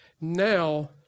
now